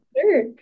Sure